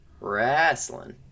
wrestling